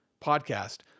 podcast